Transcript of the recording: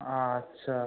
আচ্ছা